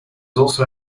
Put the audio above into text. also